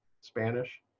Spanish